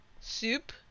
Soup